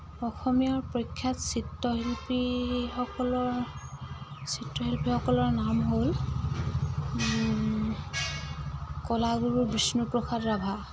অসমীয়াৰ প্ৰখ্যাত চিত্ৰশিল্পীসকলৰ চিত্ৰশিল্পীসকলৰ নাম হ'ল কলাগুৰু বিষ্ণুপ্ৰসাদ ৰাভা